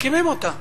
מקימים אותה.